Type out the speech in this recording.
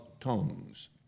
tongues